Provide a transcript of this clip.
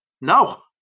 No